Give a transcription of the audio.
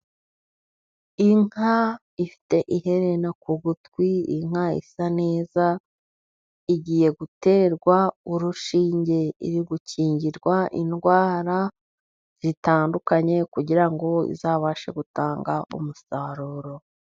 Inka ifite iherena ku gutwi. Inka isa neza, igiye guterwa urushinge. Iri gukingirwa indwara zitandukanye, kugira ngo izabashe gutanga umusaruro.